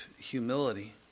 Humility